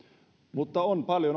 mutta on paljon